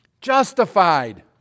Justified